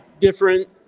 different